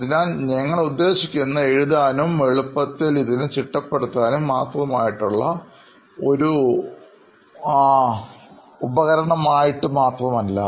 അതിനാൽ ഞങ്ങൾ ഉദ്ദേശിക്കുന്നത് എഴുതാനും എളുപ്പത്തിൽ ഇതിനെ ചിട്ടപ്പെടുത്താനും മാത്രമായിട്ടുള്ള ഒരു ഉപകരണമല്ല